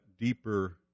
deeper